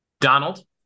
Donald